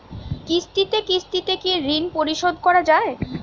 কিস্তিতে কিস্তিতে কি ঋণ পরিশোধ করা য়ায়?